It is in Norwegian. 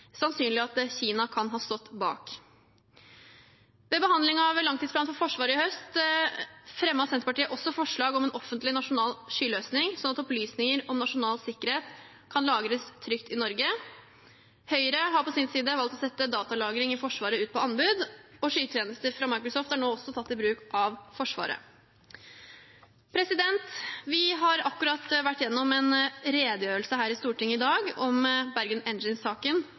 Kina kan ha stått bak. Ved behandlingen av langtidsplanen for Forsvaret i høst fremmet Senterpartiet også forslag om en offentlig nasjonal skyløsning, sånn at opplysninger om nasjonal sikkerhet kan lagres trygt i Norge. Høyre har på sin side valgt å sette datalagring i Forsvaret ut på anbud, og skytjenester fra Microsoft er nå også tatt i bruk av Forsvaret. Vi har akkurat vært igjennom en redegjørelse her i Stortinget i dag om Bergen